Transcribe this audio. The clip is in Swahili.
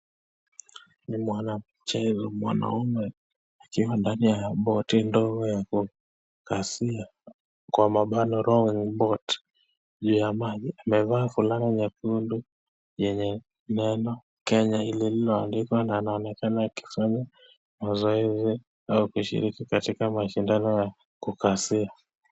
Ni mwanamchezo, Mwanaume akiwa ndani ya boti ndogo Iliyo andikiwa ya kwa mabano rowing boat juu ya maji . Amevaa vulana nyekundu lenye neno Kenya lillilo andikwa . Na anaonekana akifanya mazoezi au kishiriki katika mashindano ya kukazia.